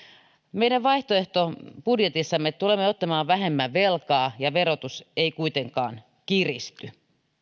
meidän vaihtoehtobudjetissamme tulemme ottamaan vähemmän velkaa ja verotus ei kuitenkaan kiristy